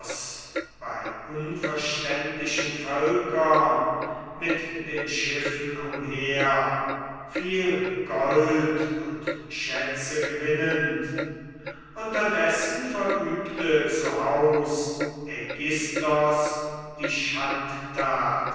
bei unverständlichen völkern mit den schiffen umher viel gold und schätze gewinnend unterdessen verübte zu haus aigisthos die